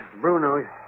Bruno